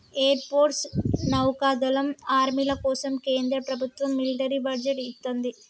air force, నౌకాదళం, ఆర్మీల కోసం కేంద్ర ప్రభత్వం మిలిటరీ బడ్జెట్ ఇత్తంది